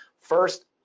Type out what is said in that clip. First